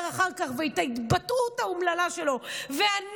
אחר כך ועל ההתבטאות האומללה שלו והנזק